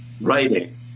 writing